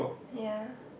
ya